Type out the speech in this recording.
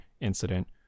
incident